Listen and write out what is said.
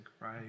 Right